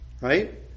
Right